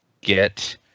get